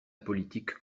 politique